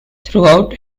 throughout